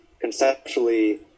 conceptually